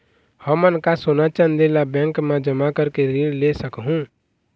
हमन का सोना चांदी ला बैंक मा जमा करके ऋण ले सकहूं?